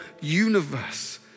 universe